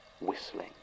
whistling